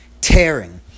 tearing